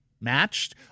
matched